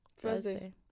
Thursday